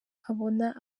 abona